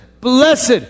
blessed